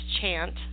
chant